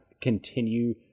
continue